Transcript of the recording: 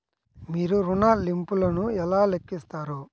మీరు ఋణ ల్లింపులను ఎలా లెక్కిస్తారు?